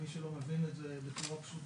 ומי שלא מבין את זה בצורה פשוטה,